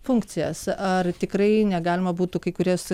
funkcijas ar tikrai negalima būtų kai kurias